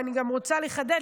ואני גם רוצה לחדד,